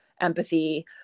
empathy